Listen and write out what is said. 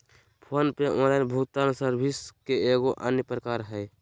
phone पे online भुगतान service के एगो अन्य प्रकार हय